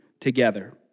together